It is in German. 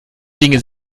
dinge